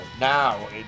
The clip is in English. now